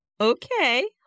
Okay